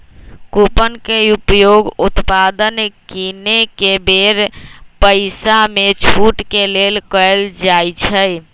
coupon के उपयोग उत्पाद किनेके बेर पइसामे छूट के लेल कएल जाइ छइ